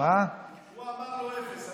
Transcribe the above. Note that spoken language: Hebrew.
הוא אמר לו אפס.